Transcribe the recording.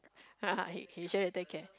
he he sure he take care